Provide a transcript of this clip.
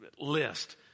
list